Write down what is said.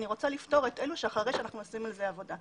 אני רוצה לפטור את אלה אחרי שאנחנו עשינו על זה עבודה.